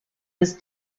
was